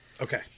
Okay